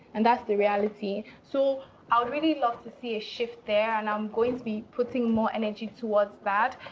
and that's the reality. so i really love to see a shift there, and i'm going to be putting more energy towards that.